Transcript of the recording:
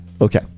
Okay